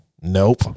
nope